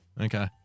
Okay